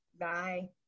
Bye